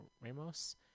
Ramos